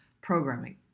programming